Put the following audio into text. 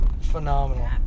phenomenal